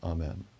Amen